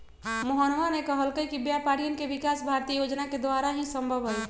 मोहनवा ने कहल कई कि व्यापारियन के विकास भारतीय योजना के द्वारा ही संभव हई